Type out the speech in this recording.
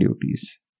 duties